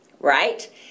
right